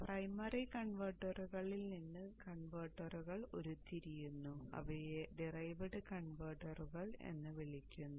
primary കൺവെർട്ടറുകളിൽ നിന്ന് വേറെ കൺവെർട്ടറുകൾ ഉരുതിരിയുന്നു അവയെ ഡിറൈവ്ഡ് കൺവെർട്ടറുകൾ എന്ന് വിളിക്കുന്നു